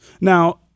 Now